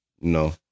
no